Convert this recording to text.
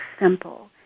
simple